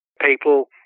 people